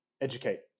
educate